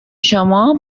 شما